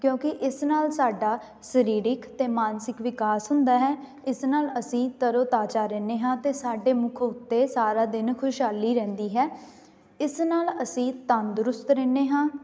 ਕਿਉਂਕਿ ਇਸ ਨਾਲ ਸਾਡਾ ਸਰੀਰਿਕ ਅਤੇ ਮਾਨਸਿਕ ਵਿਕਾਸ ਹੁੰਦਾ ਹੈ ਇਸ ਨਾਲ ਅਸੀਂ ਤਰੋ ਤਾਜ਼ਾ ਰਹਿੰਦੇ ਹਾਂ ਅਤੇ ਸਾਡੇ ਮੁੱਖ ਉੱਤੇ ਸਾਰਾ ਦਿਨ ਖੁਸ਼ਹਾਲੀ ਰਹਿੰਦੀ ਹੈ ਇਸ ਨਾਲ ਅਸੀਂ ਤੰਦਰੁਸਤ ਰਹਿੰਦੇ ਹਾਂ